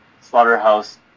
slaughterhouse